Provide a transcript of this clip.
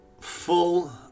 full